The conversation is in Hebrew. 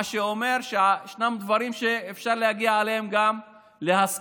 מה שאומר שישנם דברים שאפשר להגיע בהם גם להסכמות.